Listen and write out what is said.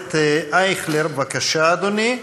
הכנסת אייכלר, בבקשה, אדוני.